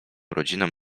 rodzinom